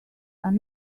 are